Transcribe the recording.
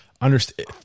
understand